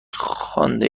خوانده